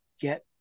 get